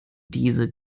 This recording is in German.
diese